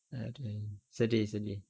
okay sedih sedih